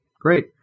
great